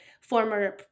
former